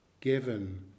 Given